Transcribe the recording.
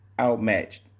outmatched